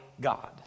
God